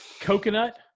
Coconut